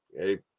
Okay